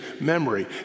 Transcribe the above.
memory